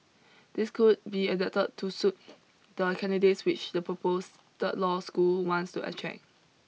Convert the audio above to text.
these could be adapted to suit the candidates which the proposed third third law school wants to attract